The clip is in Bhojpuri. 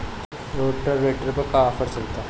रोटावेटर पर का आफर चलता?